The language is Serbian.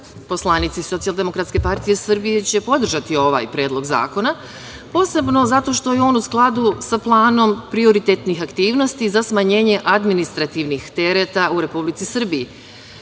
poslanici SDPS će podržati ovaj predlog zakona, posebno zato što je on u skladu sa planom prioritetnih aktivnosti za smanjenje administrativnih tereta u Republici Srbiji,